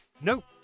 nope